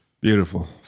Beautiful